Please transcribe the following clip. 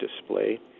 display